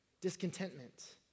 discontentment